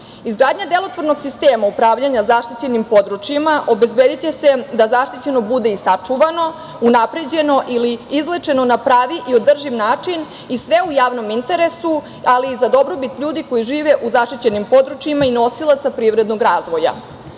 delotvornog sistema upravljanja zaštićenim područjima obezbediće se da zaštićeno bude i sačuvano, unapređeno ili izlečeno na pravi i održiv način i sve u javnom interesu, ali i za dobrobit ljudi koji žive u zaštićenim područjima i nosilaca privrednog razvoja. Režimi